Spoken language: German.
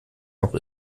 auch